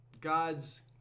God's